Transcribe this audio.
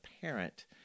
parent